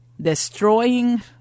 destroying